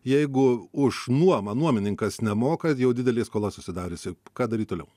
jeigu už nuomą nuomininkas nemoka jau didelė skola susidariusi ką daryt toliau